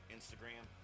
Instagram